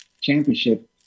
championship